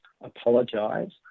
apologise